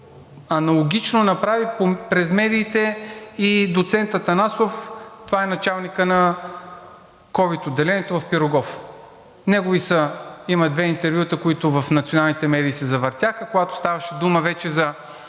аналогично направи през медиите и доцент Атанасов. Това е началникът на ковид отделението в „Пирогов“. Има две интервюта, които в националните медии се завъртяха, когато ставаше дума вече